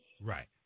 Right